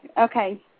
okay